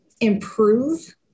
improve